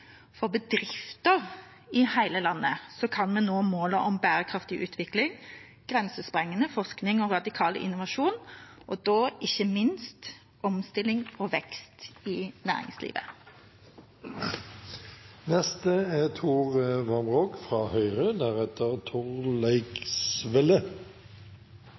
kan vi nå målet om bærekraftig utvikling, grensesprengende forskning og radikal innovasjon, og da ikke minst omstilling og vekst i næringslivet.